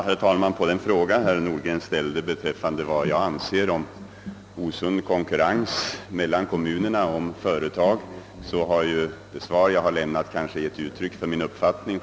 Herr talman! Herr Nordgren frågade efter min åsikt om osund konkurrens mellan kommunerna om företag. Det svar jag lämnat har gett uttryck för min uppfattning.